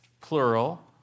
plural